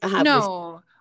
no